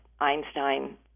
Einstein